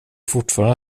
fortfarande